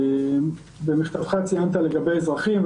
במכתבך ציינת לגבי אזרחים,